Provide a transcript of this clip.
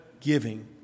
giving